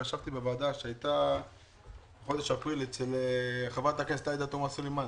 וישבתי בוועדה שהייתה בחודש אפריל אצל חברת הכנסת עאידה תומא סלימאן.